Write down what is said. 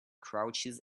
crouches